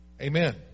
Amen